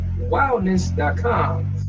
Wildness.com